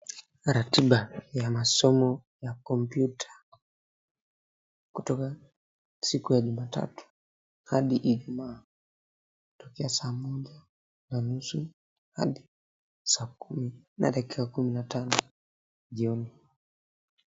Ratiba ya masomo ya kompyuta kutoka siku ya Jumatatu hadi Ijumaa kutokea saa moja na nusu hadi saa kumi na dakika kumi na tano jioni.